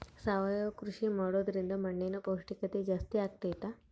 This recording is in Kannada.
ಸಾವಯವ ಕೃಷಿ ಮಾಡೋದ್ರಿಂದ ಮಣ್ಣಿನ ಪೌಷ್ಠಿಕತೆ ಜಾಸ್ತಿ ಆಗ್ತೈತಾ?